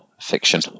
fiction